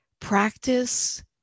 Practice